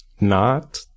Not-